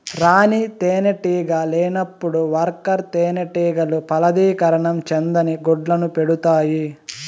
రాణి తేనెటీగ లేనప్పుడు వర్కర్ తేనెటీగలు ఫలదీకరణం చెందని గుడ్లను పెడుతాయి